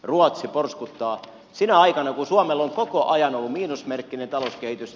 ruotsi porskuttaa sinä aikana kun suomella on koko ajan ollut miinusmerkkinen talouskehitys